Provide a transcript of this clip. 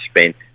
spent